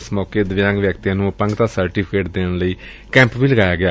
ਇਸ ਮੌਕੇ ਦਿਵਿਆਂਗ ਵਿਅਕਤੀਆਂ ਨੰ ਅਪੰਗਤਾ ਸਰਟੀਫਿਕੇਟ ਦੇਣ ਲਈ ਕੈਂਪ ਲਗਾਇਆ ਗਿਆ